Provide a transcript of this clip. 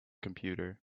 computer